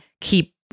keep